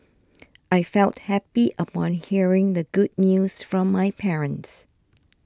I felt happy upon hearing the good news from my parents